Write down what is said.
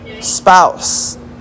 spouse